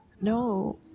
No